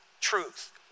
truth